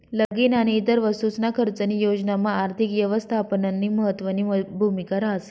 लगीन आणि इतर वस्तूसना खर्चनी योजनामा आर्थिक यवस्थापननी महत्वनी भूमिका रहास